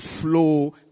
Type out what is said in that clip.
flow